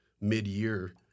mid-year